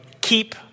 keep